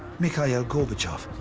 mikhail gorbachev.